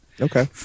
Okay